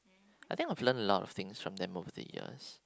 I think I've learnt a lot of things from them over the years